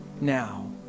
now